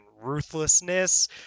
ruthlessness